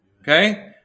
Okay